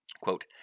Quote